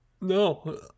No